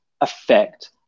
affect